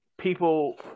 people